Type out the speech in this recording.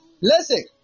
Listen